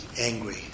angry